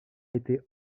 été